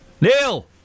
Neil